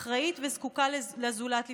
אחראית וזקוקה לזולת לפעמים.